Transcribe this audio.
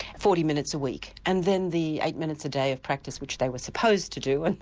forty minutes a week and then the eight minutes a day of practice which they were supposed to do, and